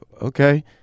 okay